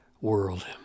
world